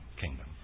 kingdom